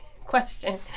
question